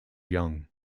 young